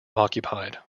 occupied